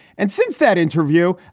and since that interview,